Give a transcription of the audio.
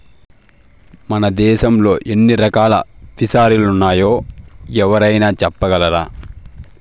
మన దేశంలో ఎన్ని రకాల ఫిసరీలున్నాయో ఎవరైనా చెప్పగలరా